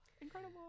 incredible